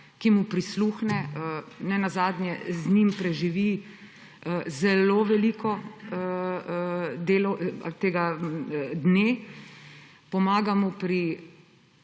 ki mu prisluhne, nenazadnje z njim preživi zelo veliko dne, pomaga mu pri